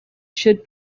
should